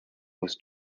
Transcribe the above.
was